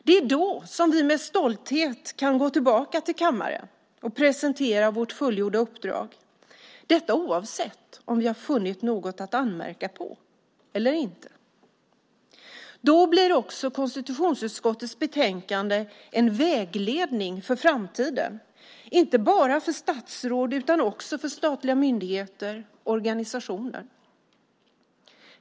Det är då som vi med stolthet kan gå tillbaka till kammaren och presentera vårt fullgjorda uppdrag - detta oavsett om vi har funnit något att anmärka på eller inte. Då blir också konstitutionsutskottets betänkande en vägledning för framtiden, inte bara för statsråd utan också för statliga myndigheter och organisationer.